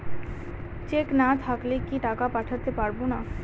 Check না থাকলে কি টাকা পাঠাতে পারবো না?